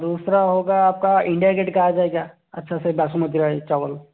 दूसरा होगा आप का इंडिया गेट का आ जाएगा अच्छा से बासमती राइस चावल